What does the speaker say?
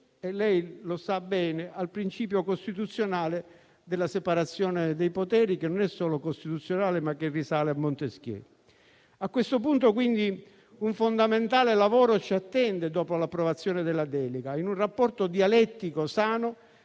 (come sa bene) al principio costituzionale della separazione dei poteri, che non è solo costituzionale, ma risale a Montesquieu. A questo punto, quindi, ci attende un fondamentale lavoro, dopo l'approvazione della delega, in un rapporto dialettico sano